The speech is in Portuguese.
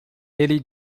ele